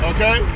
Okay